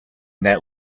that